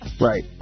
Right